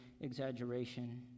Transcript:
exaggeration